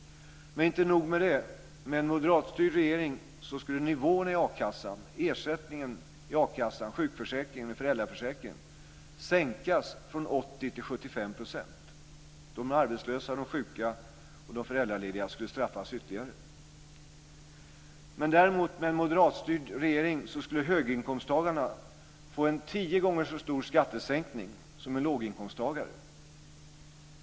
Men inte nog med det. Med en moderatstyrd regering skulle nivån i a-kassan, ersättningen i akassan, sjukförsäkringen och föräldraförsäkringen sänkas från 80 % till 75 %. De arbetslösa, de sjuka och de föräldralediga skulle straffas ytterligare. Med en moderatstyrd regering skulle däremot höginkomsttagarna få en tio gånger så stor skattesänkning som en låginkomsttagare.